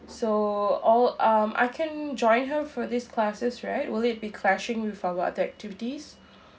so all um I can join her for these classes right will it be clashing with our other activities